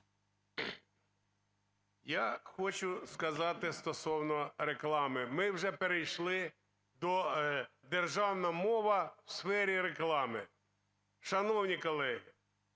Я хочу сказати стосовно реклами. Ми вже перейшли до "Державна мова в сфері реклами". Шановні колеги,